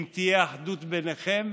אם תהיה אחדות ביניכם,